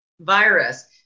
virus